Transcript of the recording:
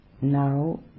Now